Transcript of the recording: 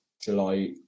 July